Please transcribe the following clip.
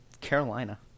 Carolina